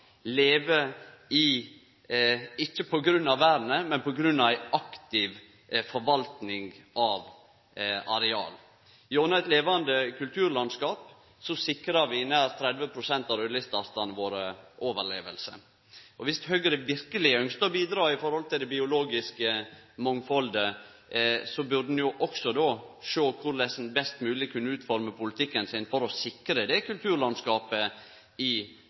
ikkje på grunn av vernet, men på grunn av ei aktiv forvalting av areal. Gjennom eit levande kulturlandskap sikrar vi nær 30 pst. av raudlisteartane våre overleving. Viss Høgre verkeleg ynskte å bidra med omsyn til det biologiske mangfaldet, burde ein jo sjå på korleis ein best mogleg kunne utforme politikken sin for å sikre det kulturlandskapet i